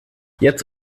jetzt